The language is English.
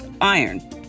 iron